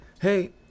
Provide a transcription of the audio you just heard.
Hey